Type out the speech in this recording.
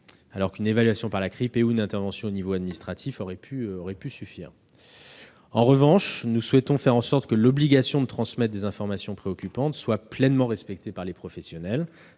alors qu'une évaluation par la CRIP ou une intervention au niveau administratif aurait pu suffire. En revanche, nous souhaitons faire en sorte que l'obligation de transmettre des informations préoccupantes soit pleinement respectée par les professionnels.